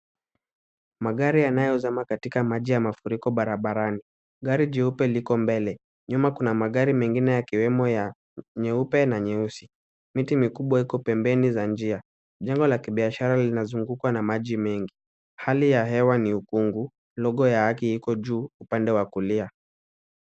Magari yanayozama katika maji ya mafuriko barabarani. Gari jeupe liko mbele. Nyuma kuna magari mengine yakiwemo nyeupe na nyeusi. Miti mikubwa iko pembeni mwa njia. Nyumba la kibiashara linazungukwa na maji mengi. Hali ya hewa ni ukungu. Logo yake iko juu upande wa kulia.